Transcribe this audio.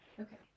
Okay